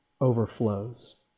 overflows